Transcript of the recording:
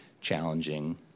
challenging